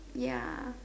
ya